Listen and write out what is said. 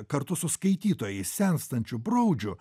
kartu su skaitytojais senstančiu broudžiu